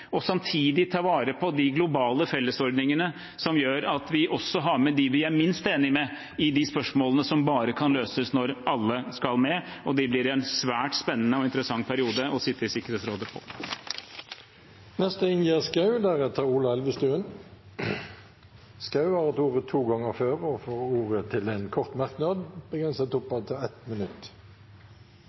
og å ta vare på de globale fellesordningene som gjør at vi også har med dem vi er minst enige med, i de spørsmålene som bare kan løses når alle skal med. Det blir en svært spennende og interessant periode å sitte i Sikkerhetsrådet. Representanten Ingjerd Schou har hatt ordet to ganger tidligere og får ordet til en kort merknad, begrenset til 1 minutt.